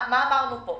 מה אמרנו פה?